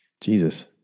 Jesus